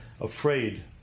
afraid